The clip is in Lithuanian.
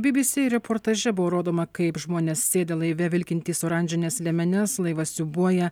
by by sy reportaže buvo rodoma kaip žmonės sėdi laive vilkintys oranžines liemenes laivas siūbuoja